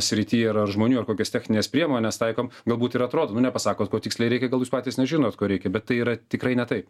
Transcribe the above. srity yra žmonių ar kokias technines priemones taikom galbūt ir atrodo nu nepasakot ko tiksliai reikia gal jūs patys nežinot ko reikia bet tai yra tikrai ne taip